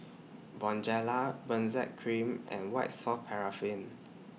Bonjela Benzac Cream and White Soft Paraffin